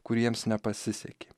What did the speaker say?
kuriems nepasisekė